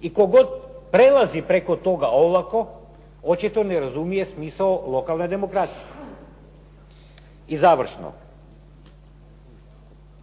i tko god prelazi preko toga olako očito ne razumije smisao lokalne demokracije. I završno.